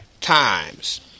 times